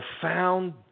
profound